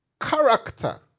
Character